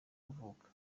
kuvuka